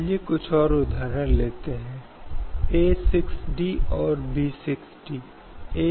अनुच्छेद 14 क्या है